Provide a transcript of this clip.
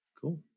Cool